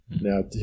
Now